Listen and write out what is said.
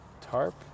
tarp